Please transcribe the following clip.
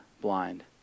blind